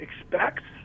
expects